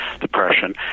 depression